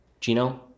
Gino